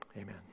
amen